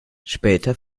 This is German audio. später